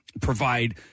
provide